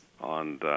on